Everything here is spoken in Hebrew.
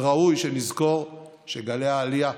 ראוי שנזכור שגלי העלייה,